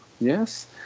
yes